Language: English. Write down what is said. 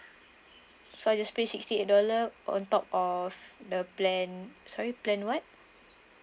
so I just pay sixty eight dollar on top of the plan sorry plan what